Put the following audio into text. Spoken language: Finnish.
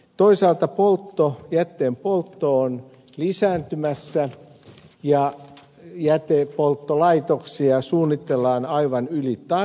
toisaalta jätteen poltto on lisääntymässä ja jätteenpolttolaitoksia suunnitellaan aivan yli tarpeen